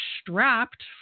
strapped